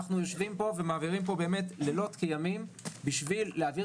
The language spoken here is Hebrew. אנחנו יושבים פה ומעבירים לילות כימים בשביל להעביר